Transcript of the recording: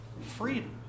freedom